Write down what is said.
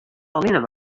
allinnich